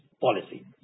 policy